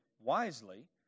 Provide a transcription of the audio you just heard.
wisely